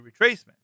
retracement